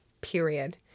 period